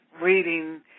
reading